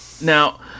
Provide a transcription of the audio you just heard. Now